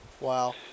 Wow